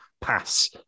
pass